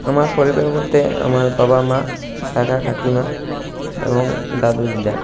আমার পরিবার বলতে আমার বাবা মা কাকা কাকিমা এবং দাদু দিদা